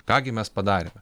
ką gi mes padarėme